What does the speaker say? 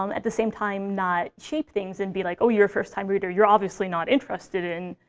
um at the same time, not shape things, and be like, oh, you're a first-time reader. you're obviously not interested in,